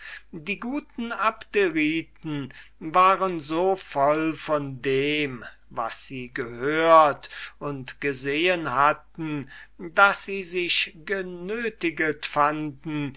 die guten abderiten waren so voll von dem was sie gehört und gesehen hatten daß sie sich genötiget fanden